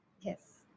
yes